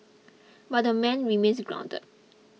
but the man remains grounded